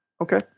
Okay